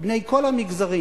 בני כל המגזרים,